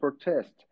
protest